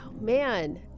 man